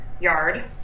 yard